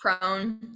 prone